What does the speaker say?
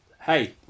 hey